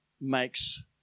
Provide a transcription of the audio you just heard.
makes